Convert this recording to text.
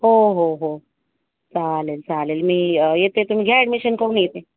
हो हो हो चालेल चालेल मी येते तुम्ही घ्या ऍडमिशन करून येते